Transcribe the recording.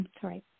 Sorry